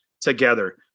together